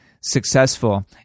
successful